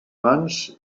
mans